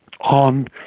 on